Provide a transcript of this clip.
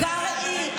קרעי,